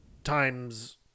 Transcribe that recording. times